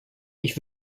ich